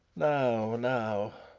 now, now